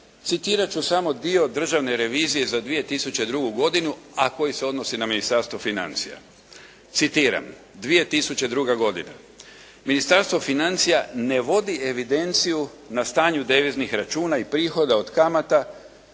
citirat ću samo dio državne revizije za 2002. godinu a koji se odnosi na Ministarstvo financija. Citiram: «2002. godina. Ministarstvo financija ne vodi evidenciju na stanju deviznih računa i prihoda od kamata